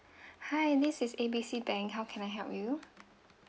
hi this is A B C bank how can I help you